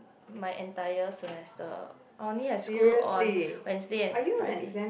my entire semester I only have school on Wednesday and Friday